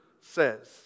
says